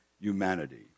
humanity